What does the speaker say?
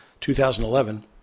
2011